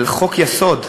חוק-יסוד.